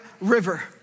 river